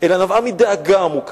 אלא נבעה מדאגה עמוקה.